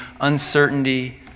uncertainty